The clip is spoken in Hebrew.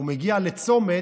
הוא מגיע לצומת,